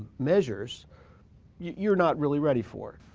measures you're not really ready for?